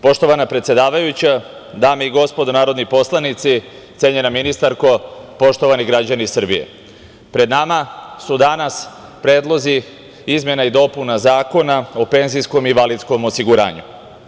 Poštovana predsedavajuća, dame i gospodo narodni poslanici, cenjena ministarko, poštovani građani Srbije, pred nama su danas predlozi izmena i dopuna Zakona o penzijskom i invalidskom osiguranju.